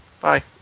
Bye